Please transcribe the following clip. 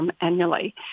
annually